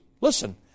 listen